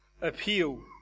appeal